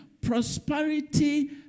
prosperity